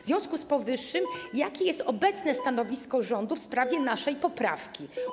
W związku z powyższym: Jakie jest obecne stanowisko rządu w sprawie naszej poprawki?